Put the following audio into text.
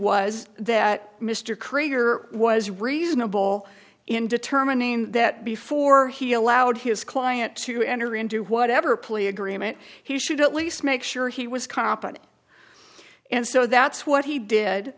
was that mr krieger was reasonable in determining that before he allowed his client to enter into whatever plea agreement he should at least make sure he was competent and so that's what he did